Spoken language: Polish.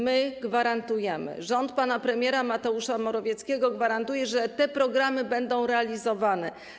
My gwarantujemy, rząd pana premiera Mateusza Morawieckiego gwarantuje, że te programy będą realizowane.